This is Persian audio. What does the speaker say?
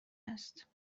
است